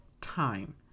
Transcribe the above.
time